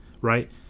Right